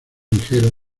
ligeros